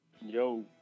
Yo